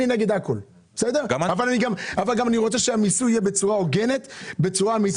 אני נגד הכול אבל אני רוצה שהמיסוי יהיה בצורה הוגנת ובצורה אמיתית.